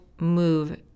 move